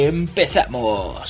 Empezamos